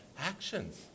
actions